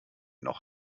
noch